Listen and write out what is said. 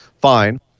fine